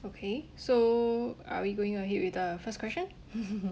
okay so are we going ahead with the first question